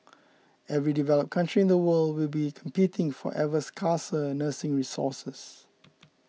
every developed country in the world will be competing for ever scarcer nursing resources